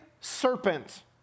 serpent